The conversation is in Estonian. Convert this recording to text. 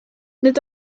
need